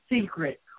secret